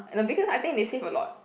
eh no because I think they save a lot